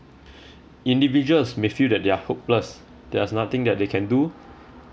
individuals may feel that they are hopeless there's nothing that they can do